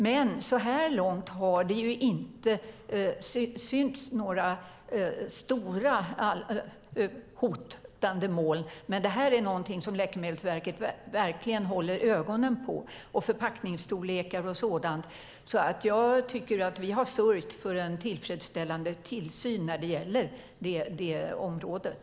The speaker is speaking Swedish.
Men så här långt har det inte synts några stora hotande moln. Det här är någonting som Läkemedelsverket verkligen håller ögonen på, liksom förpackningsstorlekar och sådant. Jag tycker att vi har sörjt för en tillfredsställande tillsyn när det gäller det området.